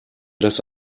das